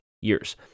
years